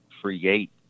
create